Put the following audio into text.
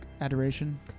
adoration